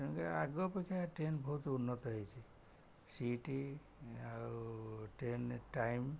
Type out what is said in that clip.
ତେଣୁ କରି ଆଗ ଅପେକ୍ଷା ଟ୍ରେନ ବହୁତ ଉନ୍ନତ ହେଇଛି ସିଟ୍ ଆଉ ଟ୍ରେନ ଟାଇମ୍